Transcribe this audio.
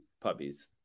puppies